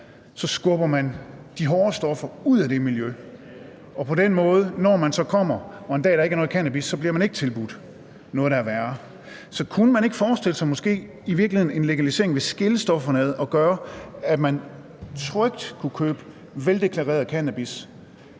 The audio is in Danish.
så skubber man de hårde stoffer ud af det miljø, og når man så kommer en dag, hvor der ikke er noget cannabis, så bliver man ikke tilbudt noget, der er værre. Så var det måske ikke muligt at forestille sig, at en legalisering i virkeligheden ville adskille stofferne og gøre, at man trygt kunne købe veldeklareret cannabis